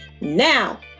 now